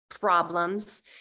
problems